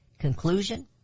Conclusion